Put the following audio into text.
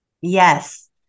Yes